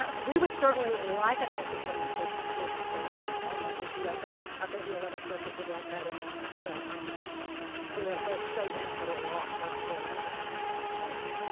um we would certainly like an answer from the georgia supreme court on that issue. i think i think the eleventh circuit would like that as as well. i think it would clear up both state and federal law for for a number of things.